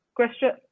Question